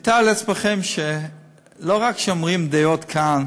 תתארו לעצמכם שלא רק שאומרים דעות כאן,